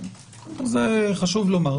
חשוב לומר.